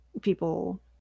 people